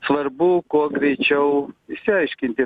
svarbu kuo greičiau išsiaiškinti